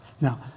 Now